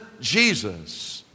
Jesus